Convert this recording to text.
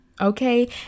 Okay